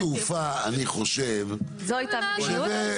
שדה תעופה אני חושב שזה --- זו הייתה המדיניות,